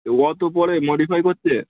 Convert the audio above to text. অতো পড়ে মডিফাই করতে